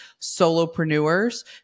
solopreneurs